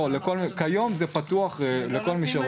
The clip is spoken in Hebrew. לא, כיום זה פתוח לכל מי שרוצה.